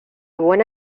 buena